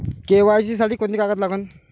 KYC साठी कोंते कागद लागन?